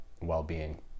well-being